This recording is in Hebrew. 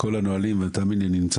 אני נמצא